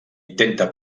intenta